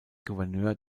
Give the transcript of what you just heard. gouverneur